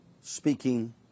speaking